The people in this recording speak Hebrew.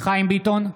חיים ביטון,